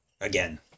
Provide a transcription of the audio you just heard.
again